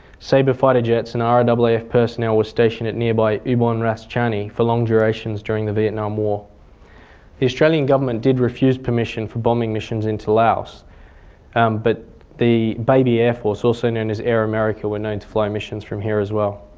sabrefighter jets and raaf and um personnel were stationed at nearby ubon ratchathani for long durations during the vietnam war. the australian government did refuse permission for bombing missions into laos but the baby air force, also known as air america, were known to fly missions from here as well.